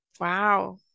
wow